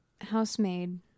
housemaid